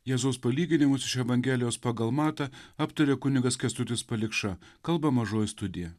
jėzaus palyginimus iš evangelijos pagal matą aptaria kunigas kęstutis palikša kalba mažoji studija